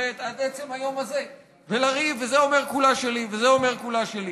ולהתקוטט עד עצם היום הזה ולריב: זה אומר כולה שלי וזה אומר כולה שלי.